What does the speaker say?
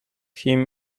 him